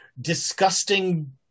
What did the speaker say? disgusting